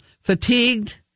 Fatigued